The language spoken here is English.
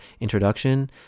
introduction